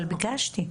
אבל ביקשתי.